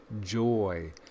joy